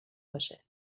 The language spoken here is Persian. باشه